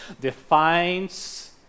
defines